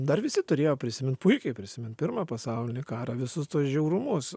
dar visi turėjo prisimint puikiai prisimint pirmą pasaulinį karą visus tuos žiaurumus